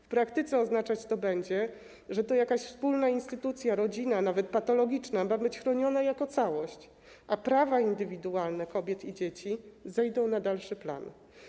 W praktyce oznaczać to będzie, że to jakaś wspólna instytucja - rodzina, nawet patologiczna, ma być chroniona jako całość, a prawa indywidualne kobiet i dzieci zejdą na dalszy plan.